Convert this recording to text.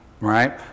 Right